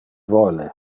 vole